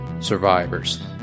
survivors